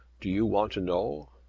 do you want to know?